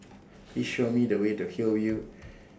Please Show Me The Way to Hillview